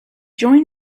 joined